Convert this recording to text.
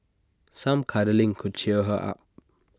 some cuddling could cheer her up